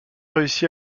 réussi